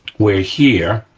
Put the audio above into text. we're here,